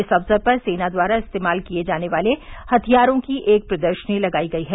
इस अवसर पर सेना द्वारा इस्तेमाल किये जाने वाले हथियारों की एक प्रदर्शनी लगाई गई है